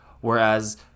Whereas